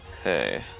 Okay